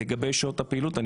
לגבי שעות הפעילות,